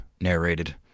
narrated